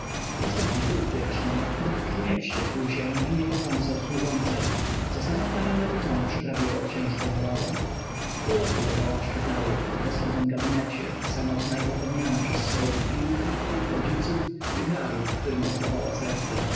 istotnie był wdzięcznym dopóki nie wściekł się i nie pokąsał służącej co samę panią meliton przyprawiło o ciężką chorobę pół roku leżała w szpitalu w osobnym gabinecie samotna i zapomniana przez swoje pupilki ich rodziców i hrabiów którym oddawała serce